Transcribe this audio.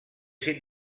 ses